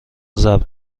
ضرب